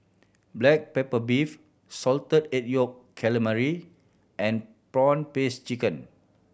black pepper beef Salted Egg Yolk Calamari and prawn paste chicken